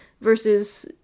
versus